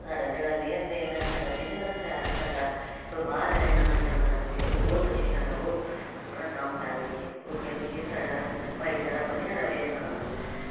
ਸਾਡਾ ਜਿਹੜਾ ਲੇਨ ਦੇਣ ਹ ਸਾਡਾ ਬਿਜਨਸ ਹੈ ਸਾਡਾ ਵਪਾਰ ਹੈ ਇਹਨਾਂ ਨਾਲ ਚਲਦਾ ਰਵੇ ਉਹ ਬਹੁਤ ਅੱਛੀ ਤਰਾਂ ਉਹ ਆਪਣਾ ਕੰਮ ਕਰ ਰਹੀ ਹੈ ਉਹ ਕਹਿੰਦੀ ਸਾਡਾ ਭਾਈਚਾਰਾ ਬਣਿਆ ਰਵੇ ਇਹਨਾਂ ਨਾਲ